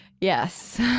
Yes